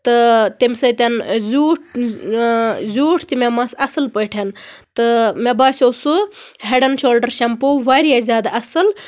تہٕ تَمہِ سۭتۍ زیوٗٹھ زیوٗٹھ تہِ مےٚ مَس اَصٕل پٲٹھۍ تہٕ مےٚ باسیو سُہ ہیڈ اینڈ شولڈر شیمپوٗ واریاہ زیادٕ اَصٕل